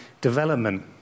development